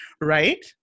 Right